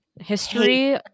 History